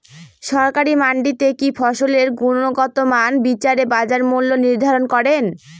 সরকারি মান্ডিতে কি ফসলের গুনগতমান বিচারে বাজার মূল্য নির্ধারণ করেন?